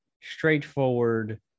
straightforward